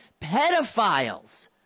pedophiles